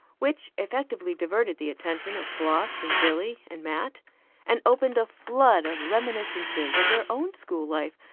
which effectually diverted the attention of floss and billy and mat and opened a flood of reminiscences of their own school life,